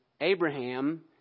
Abraham